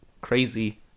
crazy